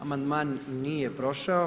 Amandman nije prošao.